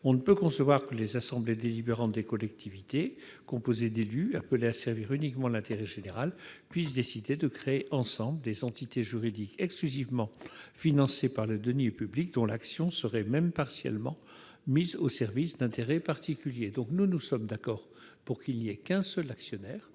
On ne peut concevoir que les assemblées délibérantes des collectivités, composées d'élus appelés à servir uniquement l'intérêt général, puissent décider de créer ensemble des entités juridiques exclusivement financées par les deniers publics et dont l'action serait, même partiellement, au service d'intérêts particuliers. Nous sommes d'accord pour qu'il n'y ait qu'un seul actionnaire